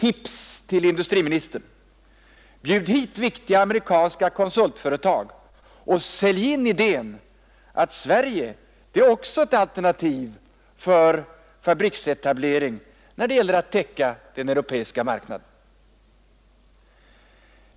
Tips till industriministern: Bjud hit viktiga amerikanska konsultföretag och sälj idén att också Sverige är ett alternativ för fabriksetablering när det gäller att täcka den europeiska marknaden!